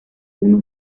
uno